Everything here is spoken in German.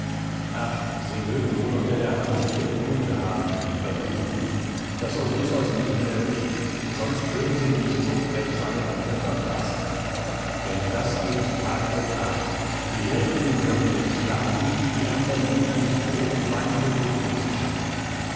sie mögen wohl unter der hand sichere kunde haben die verruchten daß odysseus nicht mehr lebt sonst würden sie nicht so frech seine güter verprassen denn das geht tag für tag die hirten können nicht schlachtvieh die andern diener nicht brot und wein genug für sie schaffen